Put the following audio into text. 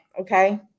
okay